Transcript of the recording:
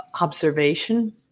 observation